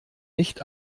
nicht